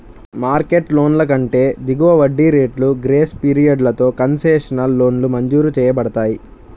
market లోన్ల కంటే దిగువ వడ్డీ రేట్లు, గ్రేస్ పీరియడ్లతో కన్సెషనల్ లోన్లు మంజూరు చేయబడతాయి